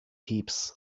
heaps